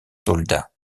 soldats